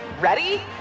Ready